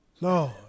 Lord